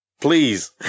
Please